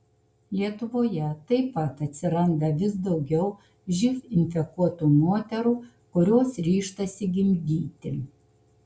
lietuvoje taip pat atsiranda vis daugiau živ infekuotų moterų kurios ryžtasi gimdyti